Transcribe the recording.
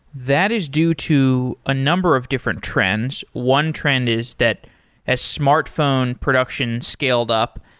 that is due to a number of different trends. one trend is that as smartphone production scaled up,